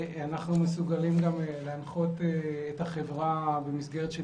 אנחנו מסוגלים להנחות את החברה במסגרת של